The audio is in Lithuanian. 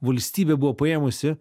valstybė buvo paėmusi